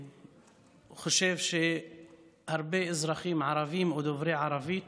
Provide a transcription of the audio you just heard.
חושב שהרבה אזרחים ערבים או דוברי ערבית